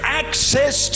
access